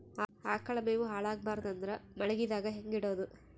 ಆಕಳ ಮೆವೊ ಹಾಳ ಆಗಬಾರದು ಅಂದ್ರ ಮಳಿಗೆದಾಗ ಹೆಂಗ ಇಡೊದೊ?